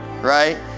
right